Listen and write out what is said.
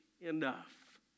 enough